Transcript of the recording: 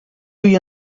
you